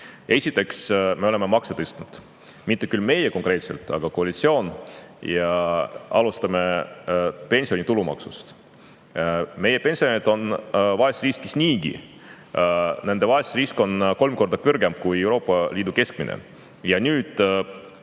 Esiteks, me oleme makse tõstnud, mitte küll meie konkreetselt, aga koalitsioon. Alustame pensioni tulumaksust. Meie pensionärid on niigi vaesusriskis. Nende vaesusrisk on kolm korda kõrgem kui Euroopa Liidu keskmine. Nüüd